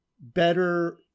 better